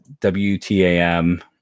WTAM